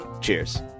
Cheers